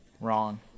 Wrong